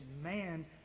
Man